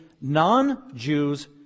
non-Jews